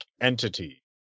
entity